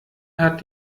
hat